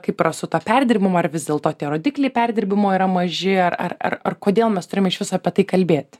kaip yra su tuo perdirbimu ar vis dėlto tie rodikliai perdirbimo yra maži ar ar ar kodėl mes turime iš viso apie tai kalbėti